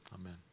Amen